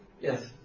Yes